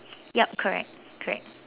yup correct correct